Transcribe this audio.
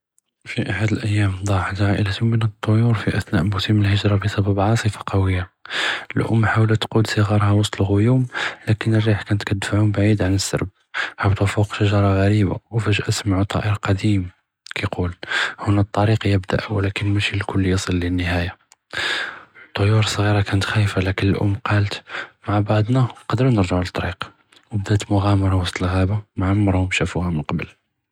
פי אחד אלאיאם דאעת עאילה מן א־טויור פי אתנאא מוסם אלהיג'רה בסבב עספא קוויה, אלאם חאוולת תקוד סע'ארהא וסט א־לגיום, לאכן א־ריח כאנת כִּתדפעהם בעיד ען א־לסרב, האבטו פוק שג'רה ע'ריבה ופג'אה סמעו טָאִר קדִים כיגול הונא א־לטריק יבדא ולאכן מאשי אלכל יוסל ל־נהאיה, א־טויור א־סע'ירה כאנת ח'איפה, ולאכן אלאם קאלת מע בעצנא נקדרו נרג'עו ל־טריק, בדאת מְע'אמְרָה וסט א־לגאבה עמראהם מא שאפוהא מן קבל.